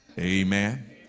Amen